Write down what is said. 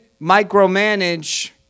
micromanage